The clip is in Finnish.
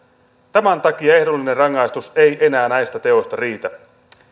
tämän takia ehdollinen rangaistus ei enää näistä teoista riitä